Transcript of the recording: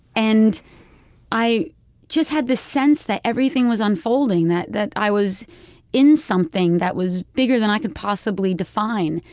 and i just had this sense that everything was unfolding, that that i was in something that was bigger than i could possibly define.